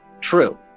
True